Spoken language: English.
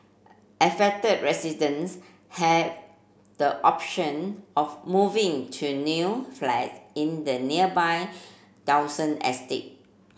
affected residents have the option of moving to new flats in the nearby Dawson estate